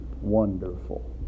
wonderful